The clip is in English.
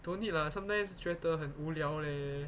don't need lah sometimes 觉得很无聊 leh